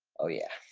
oh yeah.